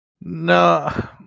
no